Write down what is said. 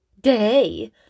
Day